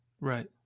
right